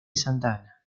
santa